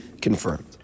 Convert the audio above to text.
confirmed